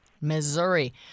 Missouri